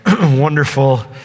wonderful